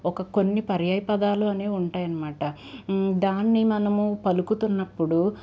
ఒక కొన్ని పర్యాయ పదాలు అనేవి ఉంటాయనమాట దాన్ని మనము పలుకుతున్నప్పుడు